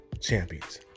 champions